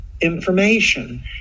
information